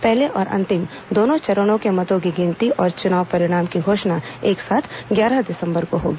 पहले और अंतिम दोनों चरणों के मतों की गिनती और चुनाव परिणाम की घोषणा एक साथ ग्यारह दिसंबर को होगी